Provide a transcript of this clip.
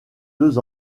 deux